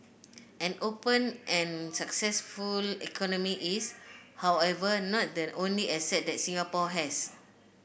an open and successful economy is however not the only asset that Singapore has